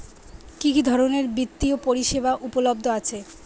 কি কি ধরনের বৃত্তিয় পরিসেবা উপলব্ধ আছে?